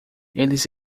eles